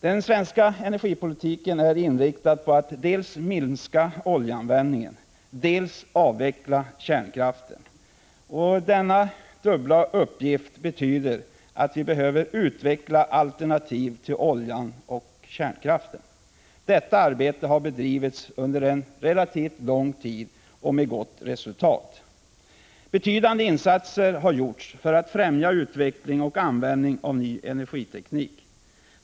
Den svenska energipolitiken är inriktad på att vi skall dels minska oljeanvändningen, dels avveckla kärnkraften. Denna dubbla uppgift gör att vi behöver utveckla alternativ till oljan och kärnkraften. Detta arbete har bedrivits under en relativt lång tid och med gott resultat. Betydande insatser har gjorts för att främja utveckling och användning av ny energiteknik.